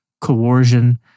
coercion